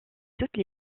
toutes